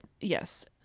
yes